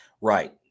right